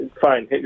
fine